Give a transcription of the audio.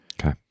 Okay